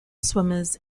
swimmers